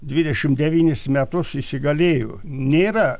dvidešim devynis metus įsigalėjo nėra